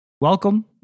Welcome